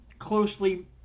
closely